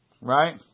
right